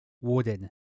wooden